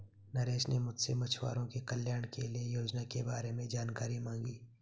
नरेश ने मुझसे मछुआरों के कल्याण के लिए योजना के बारे में जानकारी मांगी